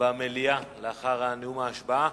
במליאה לאחר נאום ההשבעה.